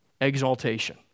exaltation